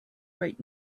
right